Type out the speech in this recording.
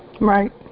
Right